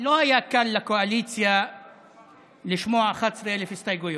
לא היה קל לקואליציה לשמוע 11,000 הסתייגויות,